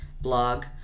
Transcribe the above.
blog